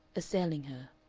assailing her.